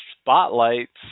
spotlights